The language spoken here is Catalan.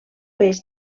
peix